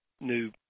new